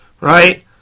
right